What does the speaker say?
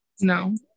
No